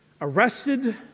arrested